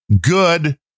good